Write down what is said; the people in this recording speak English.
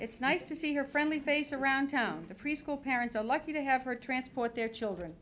it's nice to see her friendly face around town the preschool parents are lucky to have her transport their children